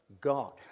God